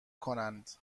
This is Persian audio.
کنند